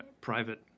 private